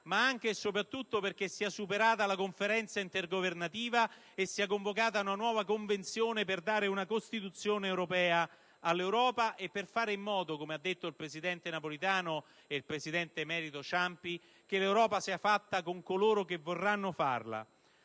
ma anche e soprattutto perché sia superata la Conferenza intergovernativa e sia convocata una nuova Convenzione per dare una Costituzione all'Europa e per fare in modo, come hanno affermato il presidente Napolitano e il presidente emerito Ciampi, che l'Europa sia fatta con coloro che vorranno farla.